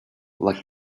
like